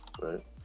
right